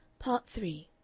part three